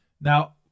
Now